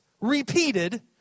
repeated